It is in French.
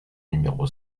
numéro